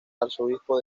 arzobispo